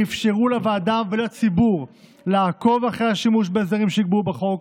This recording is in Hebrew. שאפשרו לוועדה ולציבור לעקוב אחרי השימוש בהסדרים שנקבעו בחוק,